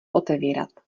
otevírat